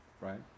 right